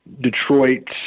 Detroit